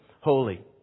holy